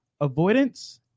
avoidance